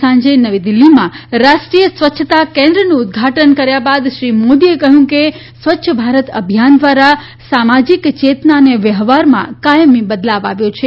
આજે સાંજે નવી દિલ્હીમાં રાષ્ટ્રીય સ્વચ્છતા કેન્દ્રનું ઉદ્દઘાટન કર્યા બાદ શ્રી મોદીએ કહ્યું કે સ્વચ્છ ભારત અભિયાન દ્વારા સામાજીક ચેતના અને વ્યવહારમાં કાયમી બદલાવ આવ્યો છે